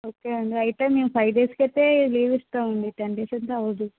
okay అండీ అయితే మేము ఫైవ్ డేస్ కయితే లీవ్ ఇస్తాము టెన్ డేస్ అయితే అవదు